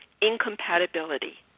incompatibility